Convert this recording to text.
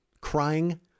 crying